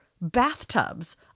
bathtubs